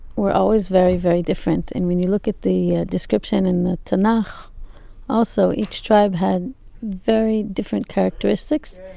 were always very, very different. and when you look at the description in the tanach, also each tribe had very different characteristics.